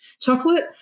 chocolate